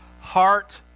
heart